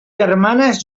germanes